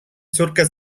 córkę